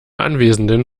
anwesenden